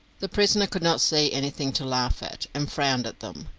the prisoner could not see anything to laugh at, and frowned at them.